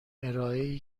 ارائهای